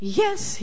yes